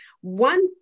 One